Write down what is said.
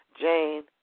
Jane